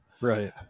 Right